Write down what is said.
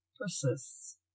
persists